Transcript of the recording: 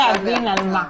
בלי להבין על מה.